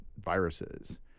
viruses